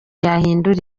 yahindura